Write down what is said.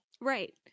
Right